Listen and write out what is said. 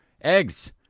Eggs